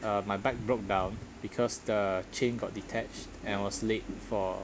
um my bike broke down because the chain got detached and I was late for